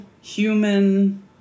human